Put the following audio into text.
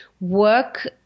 work